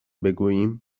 بگوییم